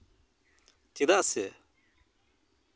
ᱪᱮᱫᱟᱜ ᱥᱮ